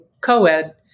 co-ed